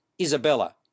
Isabella